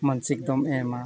ᱢᱟᱱᱥᱤᱠ ᱫᱚᱢ ᱮᱢᱟ